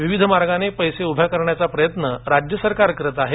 विविध मार्गाने पैसा उभा करण्याचा प्रयत्न राज्य सरकार करत आहे